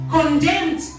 condemned